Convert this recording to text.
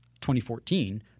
2014